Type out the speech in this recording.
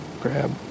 Grab